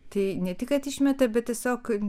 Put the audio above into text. tai ne tik kad išmetė bet tiesiog